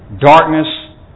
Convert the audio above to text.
darkness